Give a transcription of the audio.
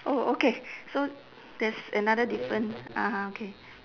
oh okay so there's another different ah ah okay